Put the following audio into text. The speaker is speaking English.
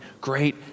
great